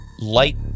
light